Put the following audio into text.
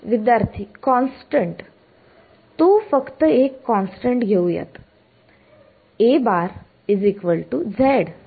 विद्यार्थी कॉन्स्टंट तो फक्त एक कॉन्स्टंट घेऊया